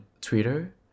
Twitter